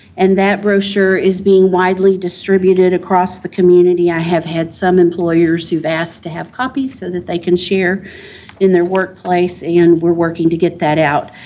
and that brochure is being widely distributed across the community. i have had some employers who've asked to have copies so that they can share in their workplace, and we're working to get that out.